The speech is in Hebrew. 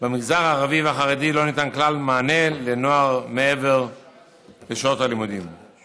ובמגזר הערבי והחרדי לא ניתן מענה לנוער מעבר לשעות הלימודים כלל.